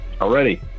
already